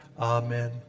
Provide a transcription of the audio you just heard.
Amen